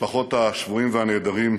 משפחות השבויים והנעדרים,